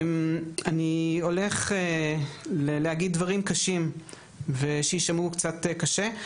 אני הולך להגיד דברים קשים שישמעו קצת קשה,